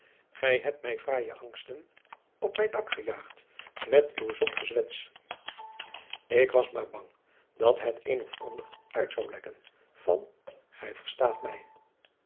gij hebt mij fraaie angsten op mijn dak gejaagd met uw zot gezwets ik was maar bang dat het een of ander uit zou lekken van gij verstaat mij